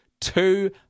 two